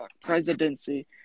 presidency